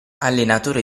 allenatore